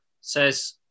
says